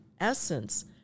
essence